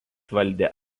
valdė